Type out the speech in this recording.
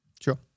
Sure